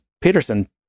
Peterson